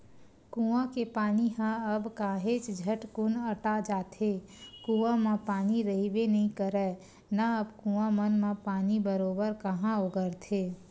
कुँआ के पानी ह अब काहेच झटकुन अटा जाथे, कुँआ म पानी रहिबे नइ करय ना अब कुँआ मन म पानी बरोबर काँहा ओगरथे